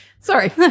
Sorry